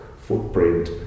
footprint